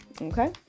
Okay